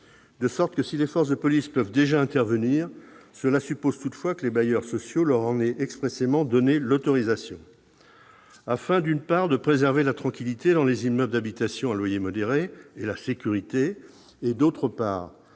De sorte que si les forces de police peuvent déjà intervenir, cela suppose toutefois que les bailleurs sociaux leur en aient expressément donné l'autorisation. Afin, d'une part, de préserver la tranquillité dans les immeubles d'habitation à loyer modéré et la sécurité, et, d'autre part,